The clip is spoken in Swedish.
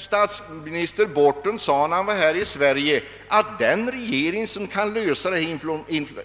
Statsminister Borten framhöll vid sitt besök i Sverige att den regering som kan lösa